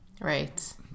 Right